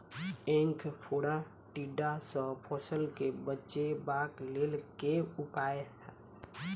ऐंख फोड़ा टिड्डा सँ फसल केँ बचेबाक लेल केँ उपाय?